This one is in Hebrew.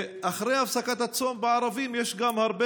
אחרי הפסקת הצום בערבים יש גם הרבה